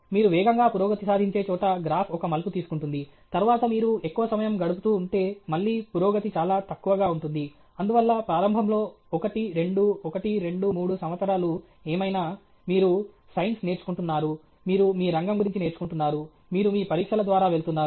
మీరు వేగంగా పురోగతి సాధించే చోట గ్రాఫ్ ఒక మలుపు తీసుకుంటుంది తరువాత మీరు ఎక్కువ సమయం గడుపుతూ ఉంటే మళ్ళీ పురోగతి చాలా తక్కువగా ఉంటుంది అందువల్ల ప్రారంభంలో ఒకటి రెండు ఒకటి రెండు మూడు సంవత్సరాలు ఏమైనా మీరు సైన్స్ నేర్చుకుంటున్నారు మీరు మీ రంగం గురించి నేర్చుకుంటున్నారు మీరు మీ పరీక్షల ద్వారా వెళుతున్నారు